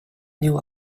knew